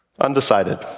Undecided